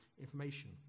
information